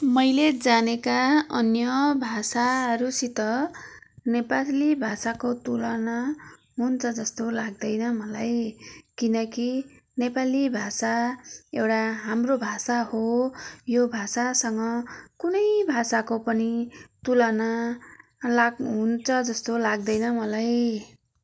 मैले जानेका अन्य भाषाहरूसित नेपाली भाषाको तुलना हुन्छ जस्तो लाग्दैन मलाई किनकि नेपाली भाषा एउटा हाम्रो भाषा हो यो भाषासँग कुनै भाषाको पनि तुलना लाग हुन्छ जस्तो लाग्दैन मलाई